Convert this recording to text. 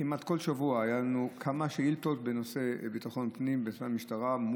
כמעט כל שבוע היו לנו כמה שאילתות בנושא ביטחון הפנים ועל המשטרה,